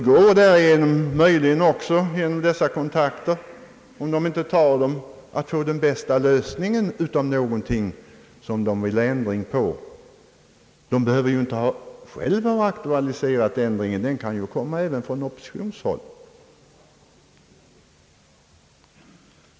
I annat fall försitter man kanske möjligheten till att få den bästa lösningen på något som man vill ha ändrat. Regeringspartiet behöver inte självt ha aktualiserat ändringen — den kan komma även från oppositionshåll.